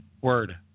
word